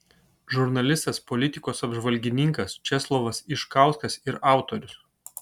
žurnalistas politikos apžvalgininkas česlovas iškauskas ir autorius